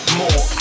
more